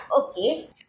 okay